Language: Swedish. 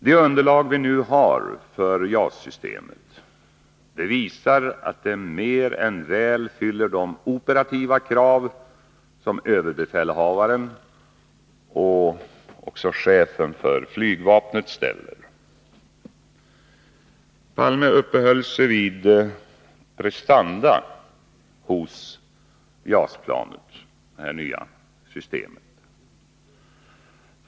Det underlag som vi nu har för JAS-systemet visar att det mer än väl fyller de operativa krav som överbefälhavaren och chefen för flygvapnet ställer. Olof Palme uppehöll sig vid prestanda hos JAS-planet, det nya systemet.